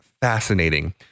fascinating